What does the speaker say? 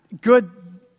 good